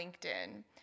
linkedin